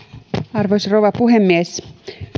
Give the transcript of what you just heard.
arvoisa rouva puhemies